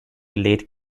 late